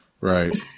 Right